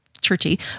churchy